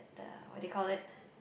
the what do you call it